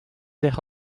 deocʼh